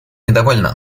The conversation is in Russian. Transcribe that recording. недовольно